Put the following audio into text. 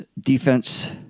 Defense